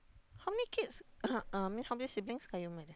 how many kids uh I mean how many siblings Qayyum ada